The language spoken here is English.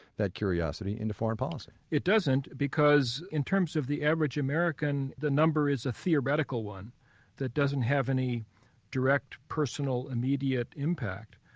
that curiosity, into foreign politics it doesn't, because in terms of the average american, the number is a theoretical one that doesn't have any direct personal, immediate impact.